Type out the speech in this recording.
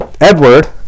edward